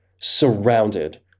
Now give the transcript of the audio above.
Surrounded